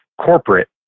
corporate